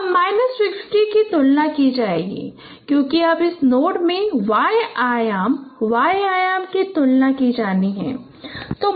अब माइनस 50 की तुलना की जाएगी क्योंकि अब इस नोड में y आयाम y आयाम की तुलना की जानी है